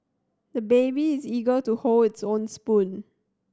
the baby is eager to hold his own spoon